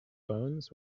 bones